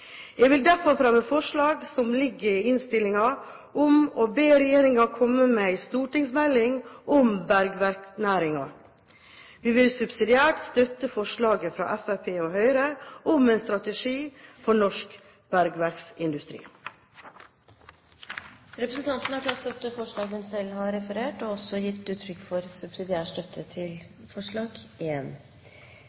Jeg vil derfor fremme forslaget som ligger i innstillingen, om å be regjeringen komme med en stortingsmelding om bergverksnæringen. Vi vil subsidiært støtte forslaget fra Fremskrittspartiet og Høyre om en strategi for norsk bergverksindustri. Representanten Rigmor Andersen Eide har tatt opp det forslaget hun refererte til, og har også gitt uttrykk for subsidiær støtte til